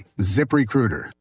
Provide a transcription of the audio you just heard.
ZipRecruiter